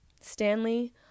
Stanley